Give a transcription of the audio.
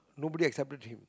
nobody accepted him